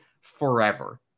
forever